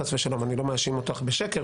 חס ושלום, אני לא מאשים אותך בשקר.